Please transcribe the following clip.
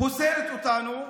פוסלת אותנו,